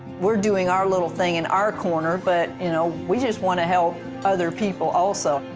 we're doing our little thing in our corner, but you know we just want to help other people, also.